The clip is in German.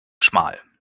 schmal